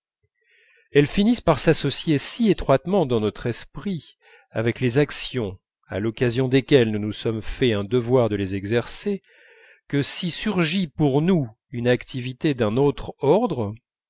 elles finissent par s'associer si étroitement dans notre esprit avec les actions à l'occasion desquelles nous nous sommes fait un devoir de les exercer que si surgit pour nous une activité d'un autre ordre